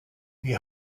die